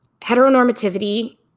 Heteronormativity